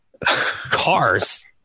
cars